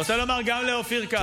אני רוצה לומר גם לאופיר כץ,